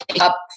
up